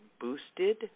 boosted